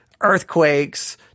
earthquakes